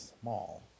small